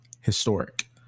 historic